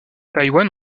taïwan